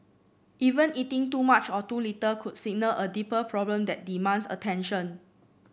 even eating too much or too little could signal a deeper problem that demands attention